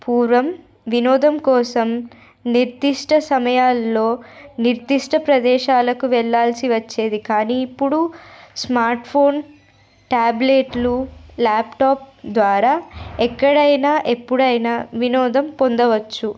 పూర్వం వినోదం కోసం నిర్దిష్ట సమయాల్లో నిర్దిష్ట ప్రదేశాలకు వెళ్ళాల్సి వచ్చేది కానీ ఇప్పుడు స్మార్ట్ఫోన్ ట్యాబ్లెట్లు ల్యాప్టాప్ ద్వారా ఎక్కడైనా ఎప్పుడైనా వినోదం పొందవచ్చు